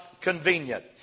convenient